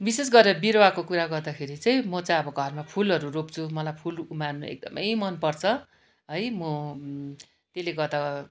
विशेष गरेर बिरुवाको कुरा गर्दाखेरि चाहिँ म चाहिँ अब घरमा फुलहरू रोप्छु मलाई फुल उमार्न एकदमै मन पर्छ है म त्यसले गर्दा